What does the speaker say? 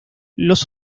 los